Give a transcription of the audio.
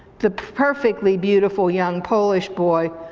the perfectly beautiful young polish boy,